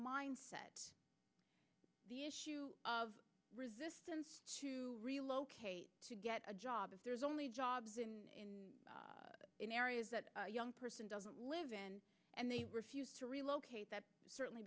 mindset the issue of resistance to relocate to get a job if there's only jobs in in areas that young person doesn't live in and they refuse to relocate that certainly